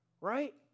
right